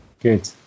Good